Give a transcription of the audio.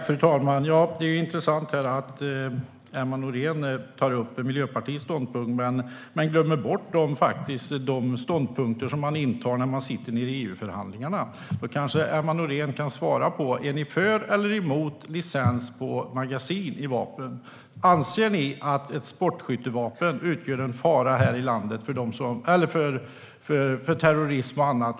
Fru talman! Det är intressant att Emma Nohrén tar upp Miljöpartiets ståndpunkt, men hon glömmer bort de ståndpunkter som intas i EU-förhandlingarna. Då kanske Emma Nohrén kan svara på om ni är för eller emot licens på vapenmagasin. Anser ni att ett sportskyttevapen utgör en fara i landet för terrorism och annat?